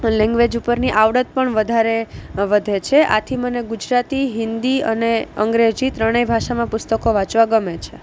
language ઉપરની આવડત પણ વધારે વધે છે આથી મને ગુજરાતી હિન્દી અને અંગ્રેજી ત્રણેય ભાષામાં પુસ્તકો વાંચવા ગમે છે